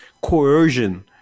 coercion